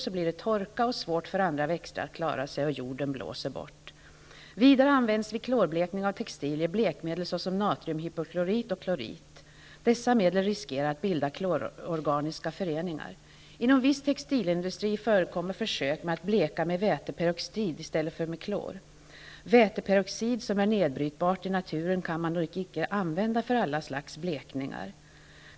Det blir då torka, och det blir svårt för andra växter att klara sig -- och jorden blåser bort. Vidare används vid klorblekning av textilier blekmedel såsom natriumhypoklorit och klorit. Dessa medel riskerar att bilda klororganiska föreningar. Inom viss textilindustri förekommer försök med att bleka med hjälp av väteperoxid i stället för med klor. Väteperoxid, som är nedbrytbart i naturen, går dock inte att använda för alla slags blekningar.